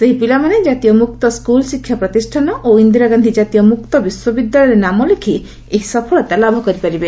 ସେହି ପିଲାମାନେ କାତୀୟ ମୁକ୍ତ ସ୍କଲ ଶିକ୍ଷା ପ୍ରତିଷ୍ଠାନ ଓ ଇନ୍ଦିରାଗାନ୍ଧୀ ଜାତୀୟ ମୁକ୍ତ ବିଶ୍ୱବିଦ୍ୟାଳୟରେ ନାମ ଲେଖି ଏହି ସଫଳତା ଲାଭ କରିପାରିବେ